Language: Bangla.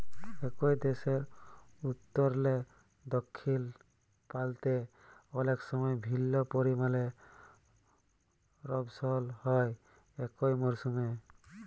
একই দ্যাশের উত্তরলে দখ্খিল পাল্তে অলেক সময় ভিল্ল্য পরিমালে বরসল হ্যয় একই মরসুমে